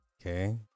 Okay